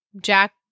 Jack